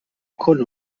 con